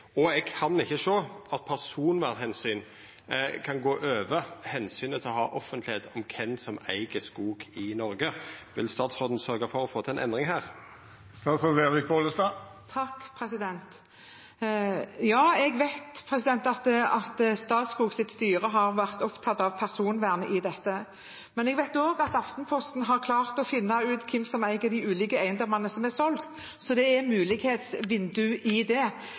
kan ikkje sjå at personvernomsyn kan stå over omsynet til offentlegheit om kven som eig skog i Noreg. Vil statsråden sørgja for å få til ei endring her? Jeg vet at Statskogs styre har vært opptatt av personvernet i dette, men jeg vet også at Aftenposten har klart å finne ut hvem som eier de ulike eiendommene som er solgt, så det er et mulighetsvindu her. Det